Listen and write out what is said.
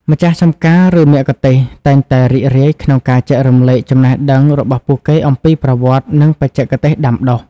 ម្ចាស់ចម្ការ ឬមគ្គទេសក៍តែងតែរីករាយក្នុងការចែករំលែកចំណេះដឹងរបស់ពួកគេអំពីប្រវត្តិ និងបច្ចេកទេសដាំដុះ ។